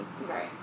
Right